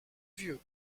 vieux